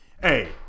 hey